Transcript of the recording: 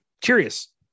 Curious